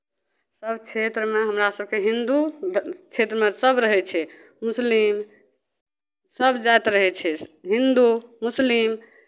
सभ क्षेत्रमे हमरा सभके हिन्दू क्षेत्रमे सभ रहै छै मुस्लिम सभ जाति रहै छै हिन्दू मुस्लिम